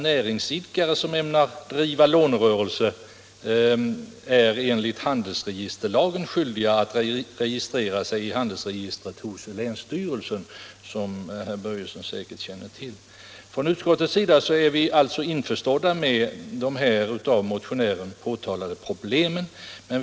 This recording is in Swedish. Näringsidkare som ämnar driva lånerörelse är redan nu enligt handelsregisterlagen skyldiga att registrera sig i handelsregistret hos länsstyrelsen, vilket herr Börjesson säkert känner till. Från utskottets sida är vi alltså införstådda med de av motionären påtalade problemen.